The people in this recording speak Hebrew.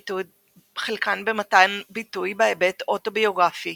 חלקן במתן ביטוי בהיבט אוטוביוגרפי.